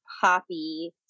poppy